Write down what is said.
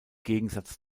gegensatz